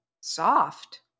Soft